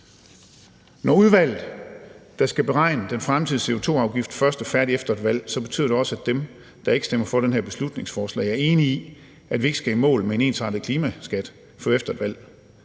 Når udvalget, der skal beregne den fremtidige CO2-afgift, først er færdigt efter et valg, så betyder det også, at dem, der ikke stemmer for det her beslutningsforslag, er enige i, at vi ikke skal i mål med en ensartet klimaskat før efter et valg,